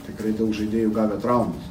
tikrai daug žaidėjų gavę traumas